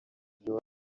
laurent